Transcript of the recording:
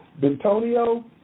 Bentonio